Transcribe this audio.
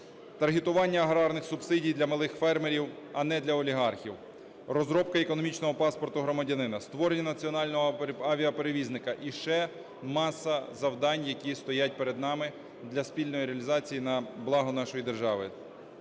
таргетування аграрних субсидій для малих фермерів, а не для олігархів; розробка економічного паспорту громадянина; створення національного авіаперевізника. І ще маса завдань, які стоять перед нами, для спільної реалізації на благо нашої держави.